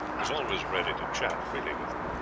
was always ready to chat freely with them.